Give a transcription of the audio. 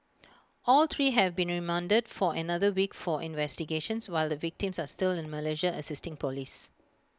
all three have been remanded for another week for investigations while the victims are still in Malaysia assisting Police